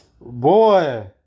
Boy